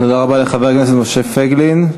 תודה רבה לחבר הכנסת משה פייגלין.